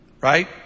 Right